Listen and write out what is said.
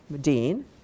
dean